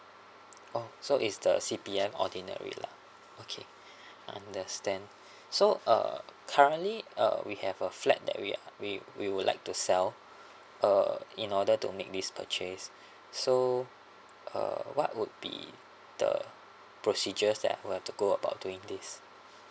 orh so is the C_P_F ordinary lah okay I understand so uh currently uh we have a flat that we we we would like to sell uh in order to make this purchase so uh what would be the procedures that we have to go about doing this